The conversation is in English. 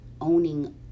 owning